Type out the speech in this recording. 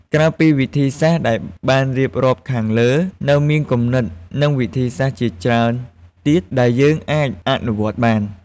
ក្រៅពីវិធីសាស្រ្តដែលបានរៀបរាប់ខាងលើ នៅមានគំនិត និងវិធីសាស្រ្តជាច្រើនទៀតដែលយើងអាចអនុវត្តបាន។